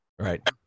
Right